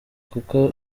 kuko